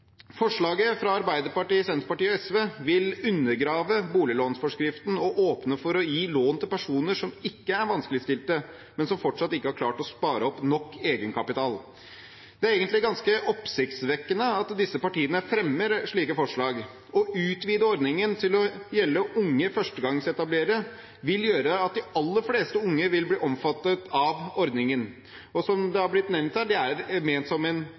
Forslaget fra Arbeiderpartiet, Senterpartiet og SV vil undergrave boliglånsforskriften og åpne for å gi lån til personer som ikke er vanskeligstilte, men som fortsatt ikke har klart å spare opp nok egenkapital. Det er egentlig ganske oppsiktsvekkende at disse partiene fremmer et slikt forslag. Å utvide ordningen til å gjelde unge førstegangsetablerere vil gjøre at de aller fleste unge vil bli omfattet av ordningen. Og som det har blitt nevnt her, den er ment som en